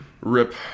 Rip